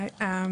היי,